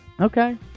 Okay